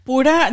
Pura